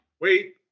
Wait